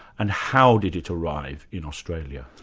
and how did it arrive in australia?